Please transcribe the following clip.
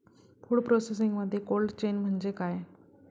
Food प्रोसेसिंगमध्ये cold chain म्हणजे काय?